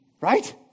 right